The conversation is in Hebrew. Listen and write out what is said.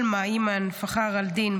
אלמא איימן פח'ר אל-דין,